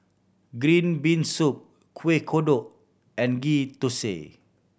green bean soup Kuih Kodok and Ghee Thosai